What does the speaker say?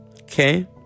Okay